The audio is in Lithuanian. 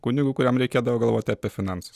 kunigu kuriam reikėdavo galvoti apie finansus